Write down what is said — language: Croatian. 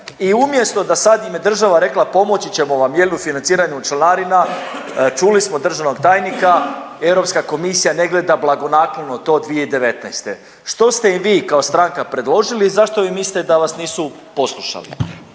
i umjesto da sad im je država rekla, pomoći ćemo vam, je li, u financiranju članarina, čuli smo državnog tajnika, EK ne gleda blagonaklono to 2019. Što ste im vi kao stranka predložili i zašto vi mislite da vas nisu poslušali?